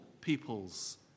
people's